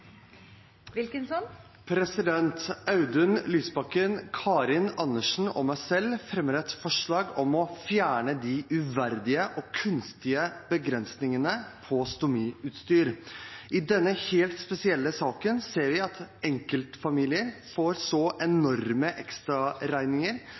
Wilkinson vil fremsette et representantforslag. Audun Lysbakken, Karin Andersen og jeg selv fremmer et forslag om å fjerne de uverdige og kunstige begrensningene på stomiutstyr. I denne helt spesielle saken ser vi at enkeltfamilier får så